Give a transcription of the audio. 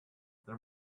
there